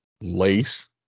Lace